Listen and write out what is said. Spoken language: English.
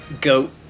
goat